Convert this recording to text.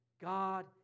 God